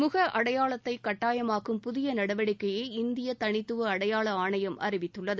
முக அடையாளத்தை கட்டாயமாக்கும் புதிய நடவடிக்கையை இந்திய தனித்துவ அடையாள ஆணையம் அறிவித்துள்ளது